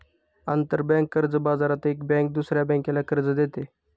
आंतरबँक कर्ज बाजारात एक बँक दुसऱ्या बँकेला कर्ज देते